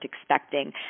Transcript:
expecting